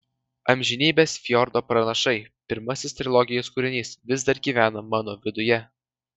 amžinybės fjordo pranašai pirmasis trilogijos kūrinys vis dar gyvena mano viduje